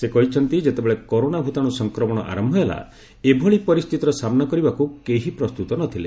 ସେ କହିଛନ୍ତି ଯେତେବେଳେ କରୋନା ଭୂତାଣୁ ସଂକ୍ରମଣ ଆରମ୍ଭ ହେଲା ଏଭଳି ପରିସ୍ଥିତିର ସାମ୍ନା କରିବାକୁ କେହି ପ୍ରସ୍ତୁତ ନ ଥିଲେ